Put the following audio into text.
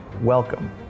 Welcome